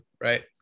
right